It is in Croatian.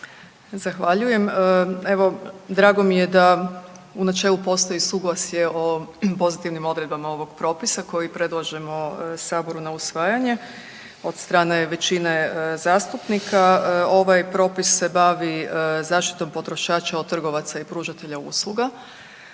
Zahvaljujem. Evo, drago mi je da u načelu postoji suglasje o pozitivnim odredbama ovog propisa koji predlažemo Saboru na usvajanje od strane većine zastupnika. Ovaj propis se bavi zaštitom potrošača od trgovaca i pružatelja usluga.